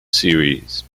series